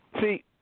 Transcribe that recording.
See